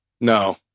No